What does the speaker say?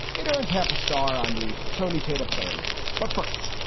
it earns half a star on the tony taito play oradea. but first,